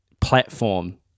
platform